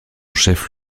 chef